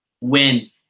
Win